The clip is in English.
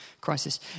crisis